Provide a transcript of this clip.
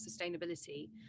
sustainability